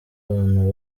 abantu